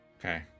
Okay